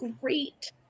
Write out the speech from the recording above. great